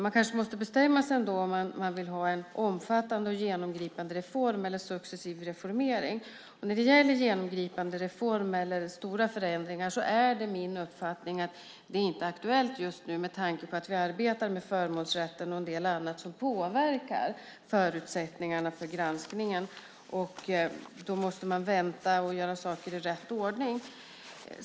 Man kanske ändå måste bestämma sig för om man vill ha en omfattande och genomgripande reform eller en successiv reformering. När det gäller en genomgripande reform eller stora förändringar är det min uppfattning att det inte är aktuellt just nu med tanke på att vi arbetar med förmånsrätten och en del annat som påverkar förutsättningarna för granskningen. Då måste man vänta och göra saker i rätt ordning.